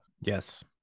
Yes